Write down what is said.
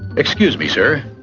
excuse me sir,